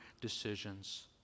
decisions